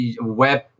web